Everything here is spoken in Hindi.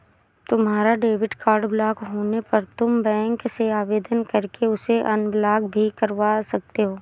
तुम्हारा डेबिट कार्ड ब्लॉक होने पर तुम बैंक से आवेदन करके उसे अनब्लॉक भी करवा सकते हो